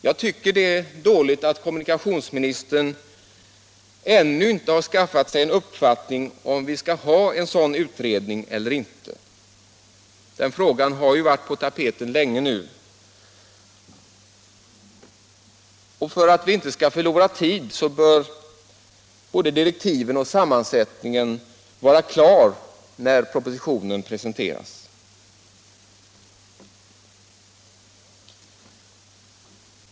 Jag tycker att det är dåligt att kommunikationsministern ännu inte har skaffat sig en uppfattning om vi skall ha en sådan utredning eller inte. Den frågan har ju varit på tapeten länge nu. För att vi inte skall förlora tid bör både direktiven och sammansättningen vara klara när propositionen presenteras.